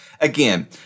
Again